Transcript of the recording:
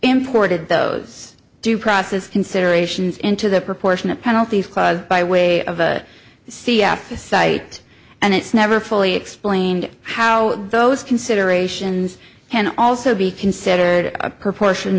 imported those due process considerations into the proportion of penalties caused by way of a c f site and it's never fully explained how those considerations can also be considered a proportion